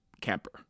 camper